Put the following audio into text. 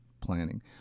planning